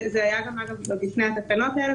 זה היה עוד לפני התקנות האלה.